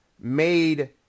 made